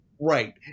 Right